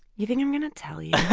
you think i'm going to tell you yeah